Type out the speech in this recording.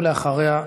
ואחריה,